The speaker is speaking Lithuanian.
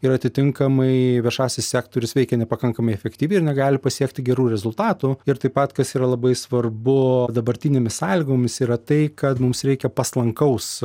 ir atitinkamai viešasis sektorius veikia nepakankamai efektyviai ir negali pasiekti gerų rezultatų ir taip pat kas yra labai svarbu dabartinėmis sąlygomis yra tai kad mums reikia paslankaus